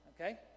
okay